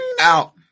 out